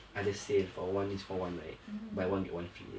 I just say for one is for one right buy one get one free